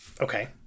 Okay